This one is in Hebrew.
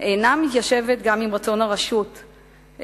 אינה מתיישבת גם עם רצון הרשות להתקבל